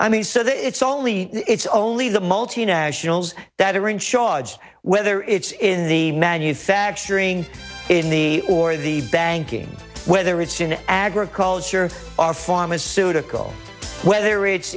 that it's only it's only the multinationals that are in charge whether it's in the manufacturing in the or the banking whether it's in agriculture are pharmaceutical whether it's